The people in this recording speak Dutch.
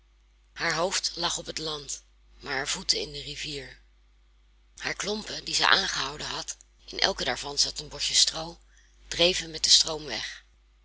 haar hoofd lag op het land maar haar voeten in de rivier haar klompen die zij aangehouden had in elke daarvan zat een bosje stroo dreven met den stroom weg